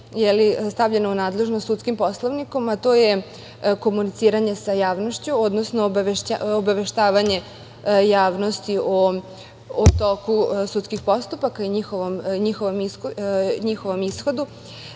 stavljena u nadležnost sudskim poslovnikom, a to je komuniciranje sa javnošću, odnosno obaveštavanje javnosti o toku sudskih postupaka i njihovom ishodu.